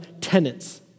tenants